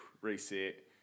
reset